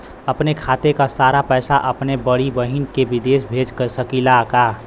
अपने खाते क सारा पैसा अपने बड़ी बहिन के विदेश भेज सकीला का?